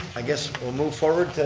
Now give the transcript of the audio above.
i guess we'll move forward